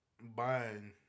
buying